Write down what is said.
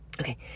okay